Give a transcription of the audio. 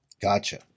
Gotcha